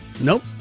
Nope